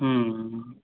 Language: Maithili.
हूँ